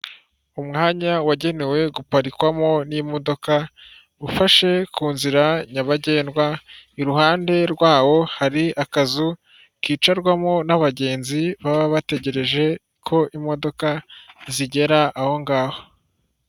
Umwanya wagenewe guparikwamo n'imodoka ufashe ku nzira nyabagendwa, iruhande rwawo hari akazu kicarwamo n'abagenzi baba bategereje ko imodoka zigera aho ngaho.